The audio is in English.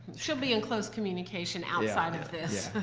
she'll be in close communication outside of this.